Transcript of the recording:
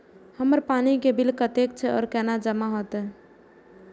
हमर पानी के बिल कतेक छे और केना जमा होते?